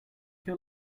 your